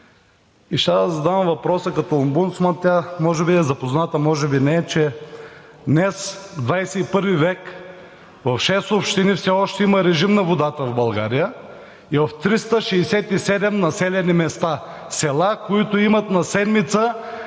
да задам въпроса – като омбудсман тя може би е запозната, може би не, че днес, в XXI век, в шест общини все още има режим на водата в България и в 367 населени места – села, които имат на седмица,